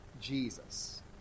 Jesus